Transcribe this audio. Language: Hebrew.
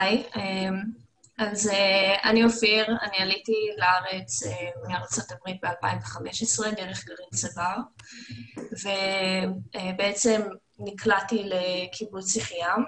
א"ר: עליתי לארץ ב-2015 דרך גרעין צבר ובעצם נקלעתי לקיבוץ יחיעם.